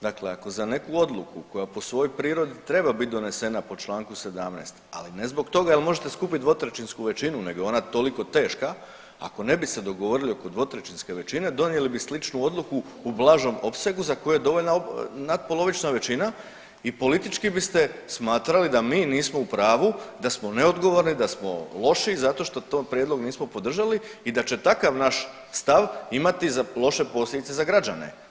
Dakle, ako za neku odluku koja po svojoj prirodi treba biti donesena po članku 17. ali ne zbog toga jel' možete skupiti dvotrećinsku većinu nego je ona toliko teška, ako ne bi se dogovorili oko dvotrećinske većine donijeli bi sličnu odluku u blažem opsegu za koju je dovoljna nadpolovična većina i politički biste smatrali da mi nismo u pravu, da smo neodgovorni, da smo loši zato što taj prijedlog nismo podržali i da će takav naš stav imati za loše posljedice za građane.